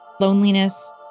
loneliness